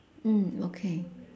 mm okay